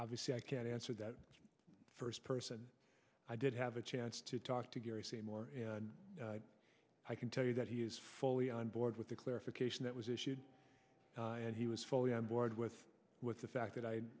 obviously i can answer that first person i did have a chance to talk to gary seymour i can tell you that he is fully on board with the clarification that was issued and he was fully on board with with the fact that i